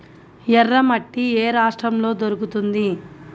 ఎర్రమట్టి ఏ రాష్ట్రంలో దొరుకుతుంది?